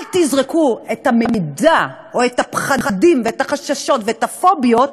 אל תזרקו את המידע או את הפחדים ואת החששות ואת הפוביות,